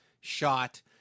Shot